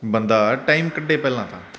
ਬੰਦਾ ਟਾਇਮ ਕੱਢੇ ਪਹਿਲਾਂ ਤਾਂ